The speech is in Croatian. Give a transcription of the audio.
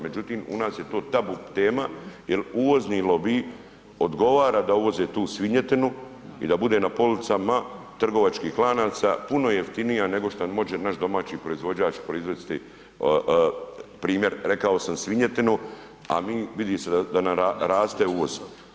Međutim, u nas je to tabu tema jer uvozni lobiji odgovara da uvoze tu svinjetinu i da bude na policama trgovačkih lanaca puno jeftinija nego što može naš domaći proizvođač proizvesti primjer, rekao sam svinjetinu, a mi, vidi se da nam raste uvoz.